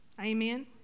amen